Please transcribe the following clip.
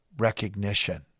recognition